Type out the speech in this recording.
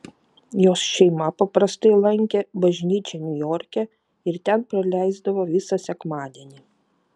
jos šeima paprastai lankė bažnyčią niujorke ir ten praleisdavo visą sekmadienį